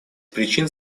причин